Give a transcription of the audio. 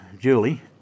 Julie